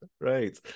right